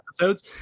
episodes